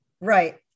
Right